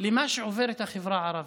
למה שעוברת החברה הערבית.